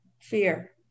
Fear